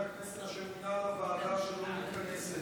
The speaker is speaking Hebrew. חבר הכנסת שמונה לוועדה שלא מתכנסת